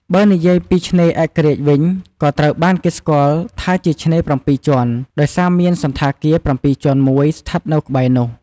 បើនិយាយពី ឆ្នេរឯករាជ្យវិញ ក៏ត្រូវបានគេស្គាល់ថាជាឆ្នេរ ៧ ជាន់ ដោយសារមានសណ្ឋាគារ ៧ ជាន់មួយស្ថិតនៅក្បែរនោះ។